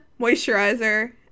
moisturizer